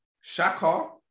Shaka